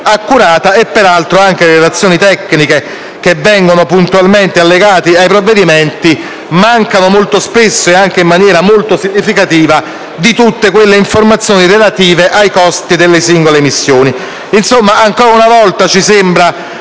Peraltro, anche le relazioni tecniche che vengono puntualmente allegate ai provvedimenti mancano molto spesso, anche in maniera molto significativa, di tutte le informazioni relative ai costi delle singole missioni.